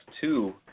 two